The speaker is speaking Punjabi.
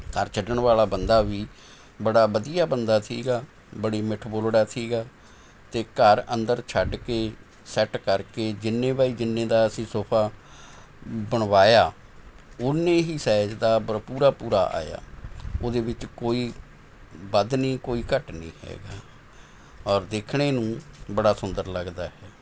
ਘਰ ਛੱਡਣ ਵਾਲਾ ਬੰਦਾ ਵੀ ਬੜਾ ਵਧੀਆ ਬੰਦਾ ਸੀ ਬੜੀ ਮਿੱਠ ਬੋਲੜਾ ਸੀ ਅਤੇ ਘਰ ਅੰਦਰ ਛੱਡ ਕੇ ਸੈੱਟ ਕਰਕੇ ਜਿੰਨੇ ਬਾਏ ਜਿੰਨੇ ਦਾ ਅਸੀਂ ਸੋਫਾ ਬਣਵਾਇਆ ਉੱਨੇ ਹੀ ਸਾਈਜ਼ ਦਾ ਪੂਰਾ ਪੂਰਾ ਆਇਆ ਉਹਦੇ ਵਿੱਚ ਕੋਈ ਵੱਧ ਨਹੀਂ ਕੋਈ ਘੱਟ ਨਹੀਂ ਹੈਗਾ ਔਰ ਦੇਖਣੇ ਨੂੰ ਬੜਾ ਸੁੰਦਰ ਲੱਗਦਾ ਹੈ